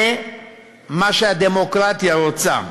זה מה שהדמוקרטיה רוצה,